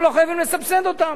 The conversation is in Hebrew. אנחנו לא חייבים לסבסד אותם.